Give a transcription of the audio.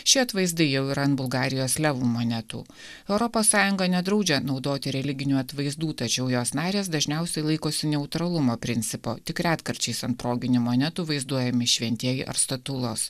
šie atvaizdai jau yra ant bulgarijos levų monetų europos sąjunga nedraudžia naudoti religinių atvaizdų tačiau jos narės dažniausiai laikosi neutralumo principo tik retkarčiais ant proginių monetų vaizduojami šventieji ar statulos